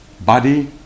body